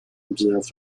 observed